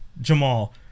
jamal